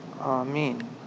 Amen